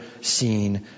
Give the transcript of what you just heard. seen